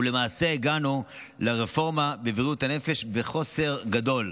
ולמעשה הגענו לרפורמה בבריאות הנפש בחוסר גדול.